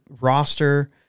roster